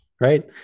right